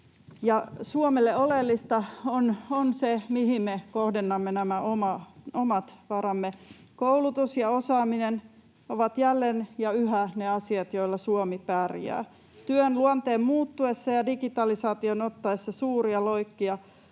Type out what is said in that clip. Suomelle oleellista on se, mihin me kohdennamme nämä omat varamme. Koulutus ja osaaminen ovat jälleen ja yhä ne asiat, joilla Suomi pärjää. [Ilkka Kanerva: Oikein!] Työn luonteen muuttuessa ja digitalisaation ottaessa suuria loikkia